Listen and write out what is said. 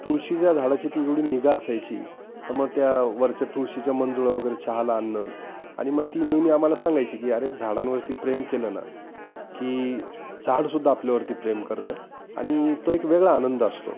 तुळशीच्या झाडाची ती एवढी निगा असायची तर मग त्या वरच्या तुळशीच्या मंजूळं वगैरे चहाला आणणं आणि मग ती नेहमी आम्हाला सांगायची की अरे झाडांवरती प्रेम केलं ना की झाडसुद्धा आपल्यावरती प्रेम करतं आणि तो एक वेगळा आनंद असतो